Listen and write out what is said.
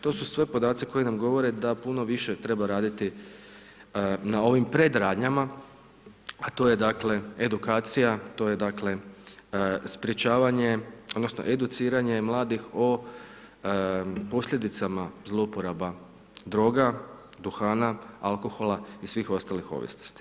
To su sve podaci koji nam govore da puno više treba raditi na ovim predradnjama a to je dakle edukacija, to je dakle sprječavanje, odnosno educiranje mladih o posljedicama zlouporaba droga, duhana, alkohola i svih ostalih ovisnosti.